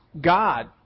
God